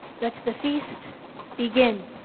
let the feast begin.